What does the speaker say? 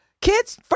kids